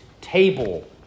table